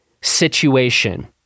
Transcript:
situation